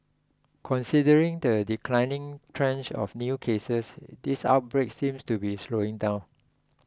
considering the declining trends of new cases this outbreak seems to be slowing down